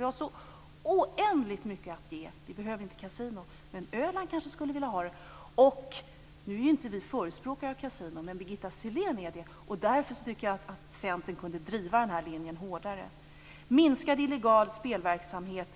Vi har så oändligt mycket att ge. Vi behöver inte kasino. Men Öland kanske skulle vilja ha det. Nu är ju inte vi förespråkare för kasino, men Birgitta Sellén är det. Därför tycker jag att Centern kunde driva den här linjen hårdare. Sedan till detta med minskad illegal spelverksamhet.